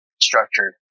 structured